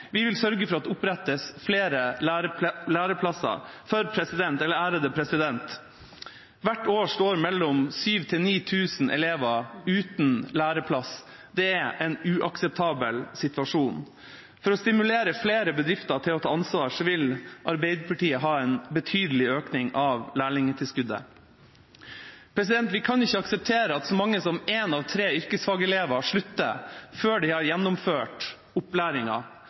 Vi vil sørge for at det opprettes flære læreplasser, for hvert år står mellom 7 000 og 9 000 elever uten læreplass. Det er en uakseptabel situasjon. For å stimulere flere bedrifter til å ta ansvar vil Arbeiderpartiet ha en betydelig økning av lærlingtilskuddet. Vi kan ikke akseptere at så mange som én av tre yrkesfagelever slutter før de har gjennomført